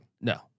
No